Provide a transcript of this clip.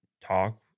talk